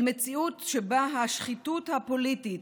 אל מציאות שבה השחיתות הפוליטית,